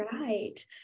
right